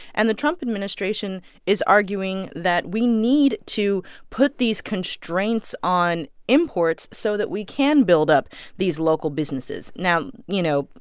and the trump administration is arguing that we need to put these constraints on imports so that we can build up these local businesses. now, you know,